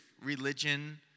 religion